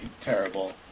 terrible